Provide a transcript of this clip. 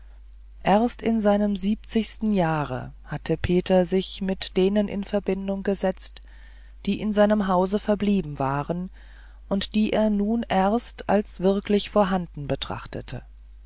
erst in seinem siebzigsten jahre hatte peter sich mit denen in verbindung gesetzt die in seinem hause verblieben waren und die er nun erst als wirklich vorhanden betrachtete